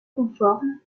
conforme